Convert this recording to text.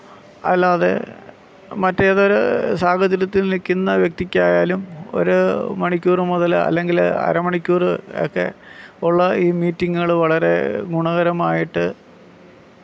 അല്ലാതെ മറ്റേതൊരു സാഹചര്യത്തിൽ നിൽക്കുന്ന വ്യക്തിക്കായാലും ഒരു മണിക്കൂറ് മുതൽ അല്ലെങ്കിൽ അരമണിക്കൂറ് ഒക്കെ ഉള്ള ഈ മീറ്റിങ്ങുകൾ വളരെ ഗുണകരമായിട്ട്